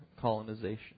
colonization